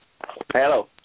Hello